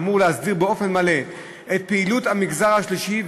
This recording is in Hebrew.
שאמור להסדיר באופן מלא את פעילות המגזר השלישי,